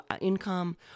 income